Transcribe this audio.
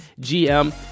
GM